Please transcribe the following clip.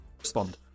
Respond